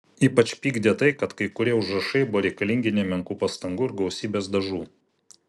ypač pykdė tai kad kai kurie užrašai buvo reikalingi nemenkų pastangų ir gausybės dažų